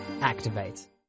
activate